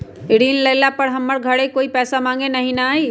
ऋण लेला पर हमरा घरे कोई पैसा मांगे नहीं न आई?